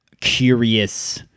curious